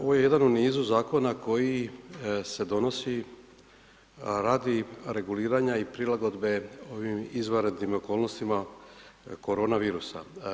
Ovo je jedan u nizu zakona koji se donosi radi reguliranja i prilagodbe ovim izvanrednim okolnostima korona virusa.